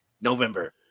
November